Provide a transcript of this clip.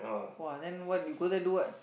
!wah! then what you go there do what